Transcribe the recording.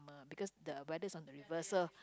because the weathers on the reverse so